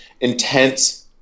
intense